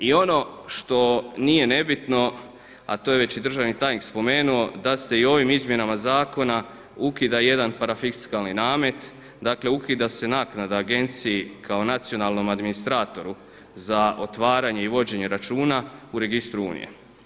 I ono što nije nebitno a to je već i državni tajnik spomenuo da se i ovim izmjenama zakona ukida jedan parafiskalni namet, dakle ukida se naknada agenciji kao nacionalnom administratoru za otvaranje i vođenje računa u registru unije.